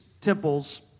temples